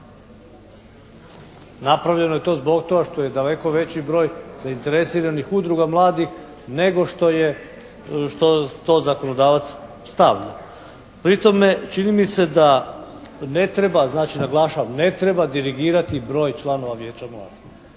Napravljeno je to zbog toga što je daleko veći broj zainteresiranih udruga mladih nego što to zakonodavac stavlja. Pri tome čini mi se da ne treba, znači naglašavam ne treba dirigirati broj članova vijeća mladih.